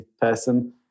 person